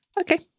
Okay